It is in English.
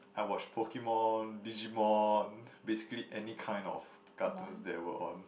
I watched Pokemon Digimon basically any kind of cartoons that were on